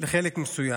לחלק מסוים.